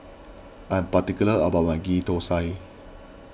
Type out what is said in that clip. I'm particular about my Ghee Thosai